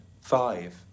Five